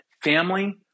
Family